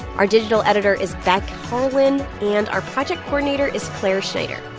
our digital editor is beck harlan, and our project coordinator is clare schneider.